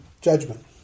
Judgment